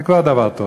זה כבר דבר טוב,